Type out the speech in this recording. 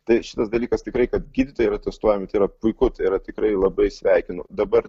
tai šitas dalykas tikrai kad gydytojai yra testuojami tai yra puiku tai yra tikrai labai sveikinu dabar